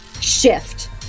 shift